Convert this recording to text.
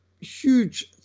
huge